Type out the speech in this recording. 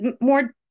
more